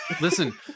Listen